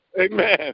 Amen